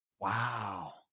Wow